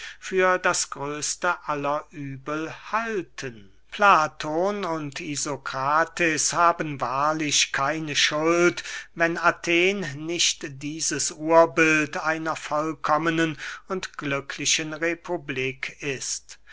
für das größte aller übel halten platon und isokrates haben wahrlich keine schuld wenn athen nicht dieses urbild einer vollkommenen und glücklichen republik ist